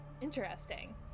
Interesting